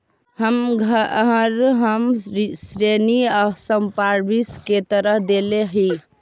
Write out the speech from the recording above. अपन घर हम ऋण संपार्श्विक के तरह देले ही